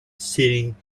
sitting